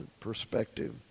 perspective